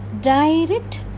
direct